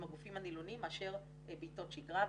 עם הגופים הנילונים מאשר בעיתות שגרה.